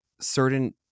certain